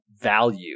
value